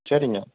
சரிங்க